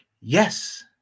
Yes